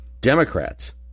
Democrats